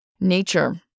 nature